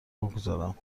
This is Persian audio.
بگذارم